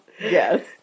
yes